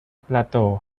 plateau